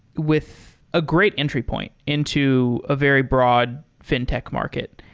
with a great entry point into a very broad fintech market.